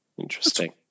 interesting